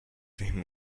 him